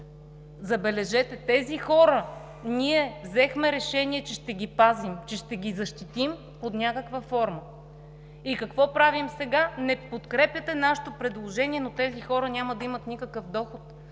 Забележете, тези хора ние взехме решение, че ще ги пазим, че ще ги защитим под някаква форма, и какво правим сега? Не подкрепяте нашето предложение, но тези хора няма да имат никакъв доход,